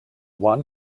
one